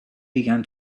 began